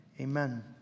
amen